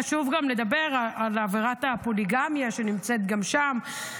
וחשוב לדבר גם על עבירת הפוליגמיה שנמצאת גם שם,